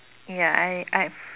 ya I I